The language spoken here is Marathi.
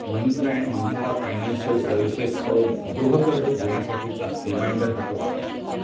महिंद्रा अँड महिंद्रा फायनान्शियल सर्व्हिसेसकडून गृहकर्ज घेण्यासाठीचा रिमाइंडर हटवा